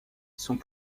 sont